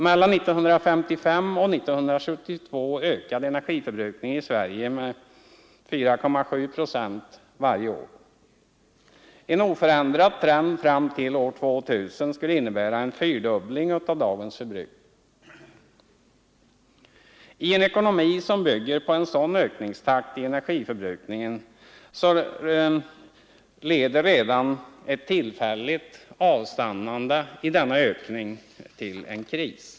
Mellan 1955 och 1972 ökade energiförbrukningen i Sverige med 4,7 procent varje år. En oförändrad trend fram till år 2000 skulle innebära en fyrdubbling av dagens förbrukning. I en ekonomi som bygger på en sådan ökningstakt i energiförbrukningen leder redan ett tillfälligt avstannande i denna ökning till en kris.